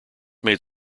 made